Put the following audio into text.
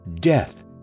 death